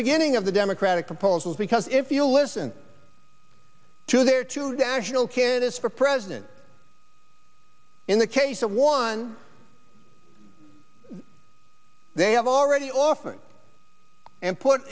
beginning of the democratic proposals because if you listen to their to the actual candidates for president in the case of one they have already offered and put